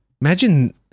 Imagine